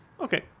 Okay